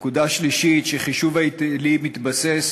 נקודה שלישית, שבחישוב ההיטלים תתבסס